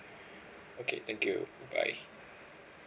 okay thank you bye bye